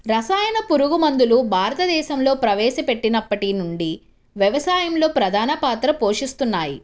రసాయన పురుగుమందులు భారతదేశంలో ప్రవేశపెట్టినప్పటి నుండి వ్యవసాయంలో ప్రధాన పాత్ర పోషిస్తున్నాయి